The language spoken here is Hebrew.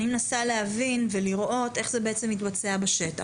אני מנסה להבין ולראות איך זה מתבצע בשטח.